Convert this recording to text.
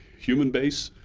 human base?